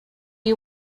you